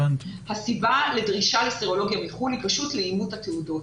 הסיבה לדרישה לסרולוגיה מחוץ לארץ היא פשוט לאימות התעודות.